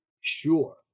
Sure